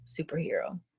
superhero